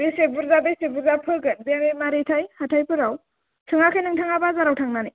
बेसे बुरजा बेसे बुरजा फोगोन बे मारैथाय हाथाइफोराव सोङाखै नोंथाङा बाजाराव थांनानै